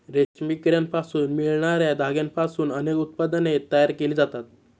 रेशमी किड्यांपासून मिळणार्या धाग्यांपासून अनेक उत्पादने तयार केली जातात